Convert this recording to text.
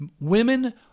women